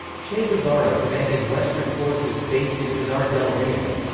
che guevara commanded western forces, based in pinar del rio.